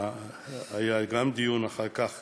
היה גם דיון אחר כך